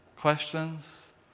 Questions